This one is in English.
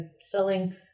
selling